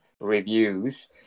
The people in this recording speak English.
reviews